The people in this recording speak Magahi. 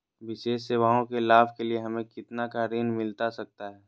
विशेष सेवाओं के लाभ के लिए हमें कितना का ऋण मिलता सकता है?